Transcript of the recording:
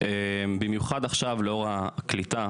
במיוחד עכשיו לאור הקליטה,